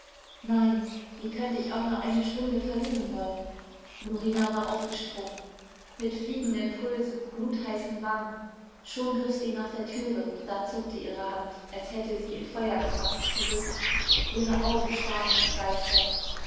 nein wie könnte ich auch nur eine stunde verlieren wollen norina war aufgesprungen mit fliegenden pulsen glutheißen wangen schon griff sie nach der türe da zuckte ihre hand als hätte sie in feuer gefaßt zurück ihre augen starrten entgeistert